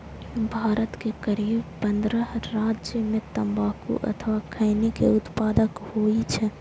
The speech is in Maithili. भारत के करीब पंद्रह राज्य मे तंबाकू अथवा खैनी के उत्पादन होइ छै